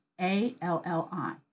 A-L-L-I